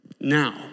now